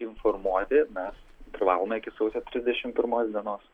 informuoti mes privalome iki sausio trisdešim pirmos dienos